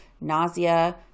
nausea